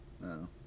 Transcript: No